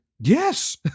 Yes